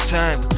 time